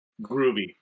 Groovy